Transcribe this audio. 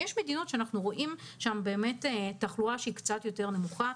יש מדינות שבהן אנחנו רואים תחלואה קצת יותר נמוכה,